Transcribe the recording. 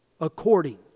According